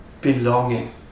Belonging